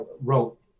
wrote